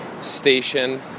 station